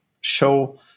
show